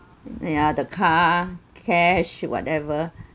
ya the car care should whatever